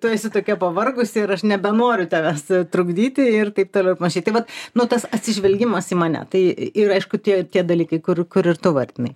tu esi tokia pavargusi ir aš nebenoriu tavęs trukdyti ir taip toliau ir panašiai tai vat nu tas atsižvelgimas į mane tai ir aišku tie tie dalykai kur kur ir tu vardinai